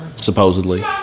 supposedly